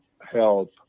help